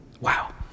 wow